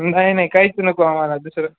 नाही नाही काहीच नको आम्हाला दुसरं